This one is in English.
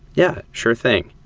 yeah, sure thing.